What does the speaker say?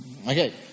Okay